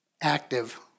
active